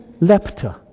Lepta